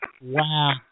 Wow